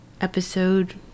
episode